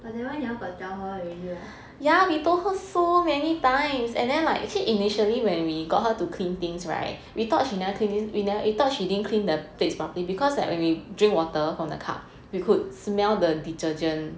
but that one you all got tell her already anot